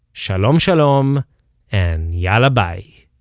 shalom shalom and yalla bye